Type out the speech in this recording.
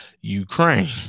Ukraine